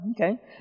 Okay